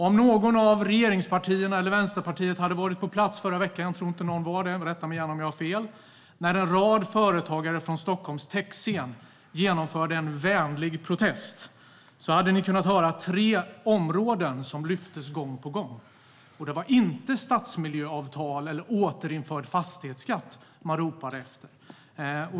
Om något av regeringspartierna eller Vänsterpartiet hade varit på plats förra veckan - jag tror inte att någon av dem var det, men rätta mig om jag har fel - när en rad företagare från Stockholms techscen genomförde en vänlig protest, hade ni kunnat höra om tre områden som lyftes fram gång på gång, och det var inte stadsmiljöavtal eller återinförd fastighetsskatt som man ropade efter.